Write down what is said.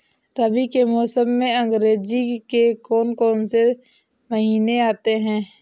रबी के मौसम में अंग्रेज़ी के कौन कौनसे महीने आते हैं?